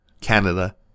Canada